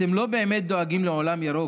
אתם לא באמת דואגים לעולם ירוק,